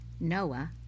Noah